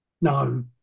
no